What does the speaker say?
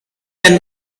than